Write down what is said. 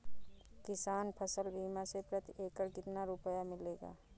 किसान फसल बीमा से प्रति एकड़ कितना रुपया मिलेगा?